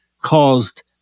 caused